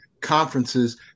conferences